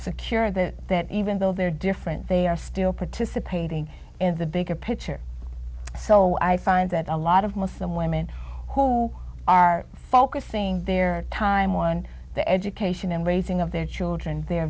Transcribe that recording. secure that that even though they're different they are still participating in the bigger picture so i find that a lot of muslim women who are focusing their time one the education and raising of their children they